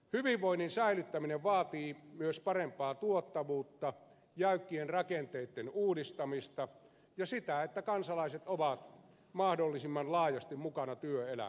hyvinvoinnin säilyttäminen vaatii myös parempaa tuottavuutta jäykkien rakenteitten uudistamista ja sitä että kansalaiset ovat mahdollisimman laajasti mukana työelämässä